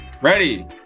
Ready